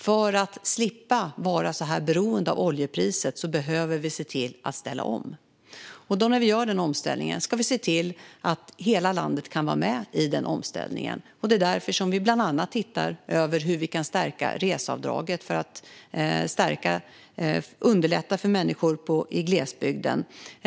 För att slippa vara såhär beroende av oljepriset behöver vi se till att ställa om. När vi gör omställningen ska vi se till att hela landet kan vara med i den. Det är därför vi bland annat tittar på hur vi kan stärka reseavdraget och på så vis underlätta för människor i glesbygden.